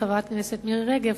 חברת הכנסת מירי רגב,